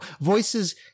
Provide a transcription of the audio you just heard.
voices